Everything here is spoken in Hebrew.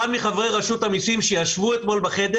מחברי רשות המיסים שישבו אתמול בחדר.